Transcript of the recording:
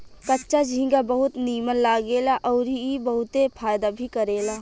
कच्चा झींगा बहुत नीमन लागेला अउरी ई बहुते फायदा भी करेला